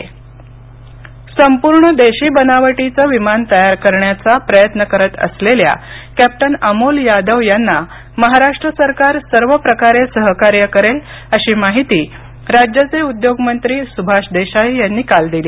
महाराष्ट्र उद्योग मंत्री संपूर्ण देशी बनावटीचं विमान तयार करण्याचा प्रयत्न करत असलेल्या कॅप्टन अमोल यादव यांना महाराष्ट्र सरकार सर्व प्रकारे सहकार्य करेल अशी माहिती राज्याचे उद्योग मंत्री सुभाष देसाई यांनी काल दिली